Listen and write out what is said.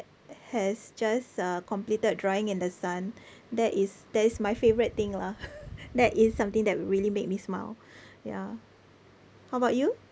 has just uh completed drying in the sun that is that is my favourite thing lah that is something that really make me smile ya how about you